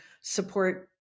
support